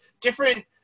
different